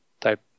type